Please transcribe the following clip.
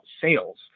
sales